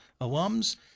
alums